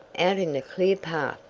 out in the clear path!